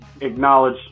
acknowledge